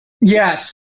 Yes